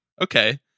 Okay